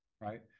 right